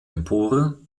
empore